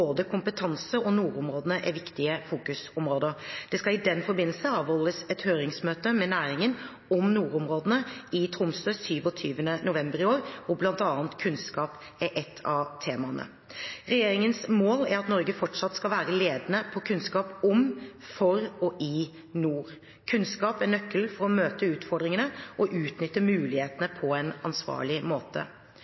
kompetanse og nordområdene er viktige fokusområder. Det skal i den forbindelse avholdes et høringsmøte med næringen om nordområdene i Tromsø 27. november i år, hvor bl.a. kunnskap er et av temaene. Regjeringens mål er at Norge fortsatt skal være ledende på kunnskap om, for og i nord. Kunnskap er nøkkelen til å møte utfordringene og utnytte mulighetene